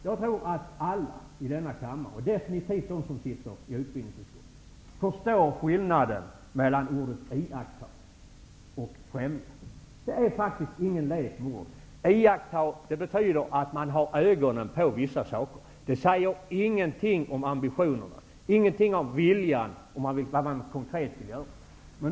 Jag tror att alla i denna kammare -- definitivt de som sitter med i utbildningsutskottet -- förstår skillnaden mellan ''iaktta'' och ''främja''. Det är faktiskt inte fråga om någon lek med ord. Att iaktta betyder att man har ögonen på vissa saker. Men ingenting sägs om ambitionerna eller om viljan, dvs. om vad man konkret vill göra.